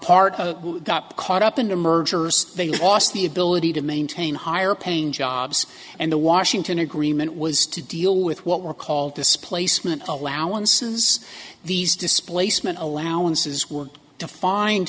part of who got caught up in the mergers they lost the ability to maintain higher paying jobs and the washington agreement was to deal with what were called displacement allowances these displacement allowances w